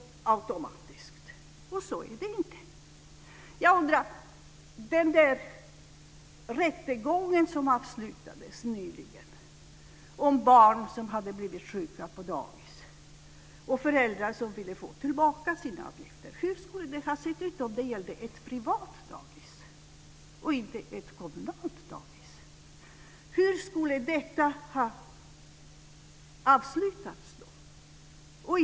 Så är det inte. Nyligen avslutades en rättegång om barn som hade blivit sjuka på dagis och deras föräldrar som ville få tillbaka sina avgifter. Hur skulle det ha sett ut om det hade gällt ett privat dagis och inte ett kommunalt dagis? Hur skulle detta ha avslutats?